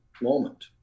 moment